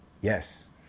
Yes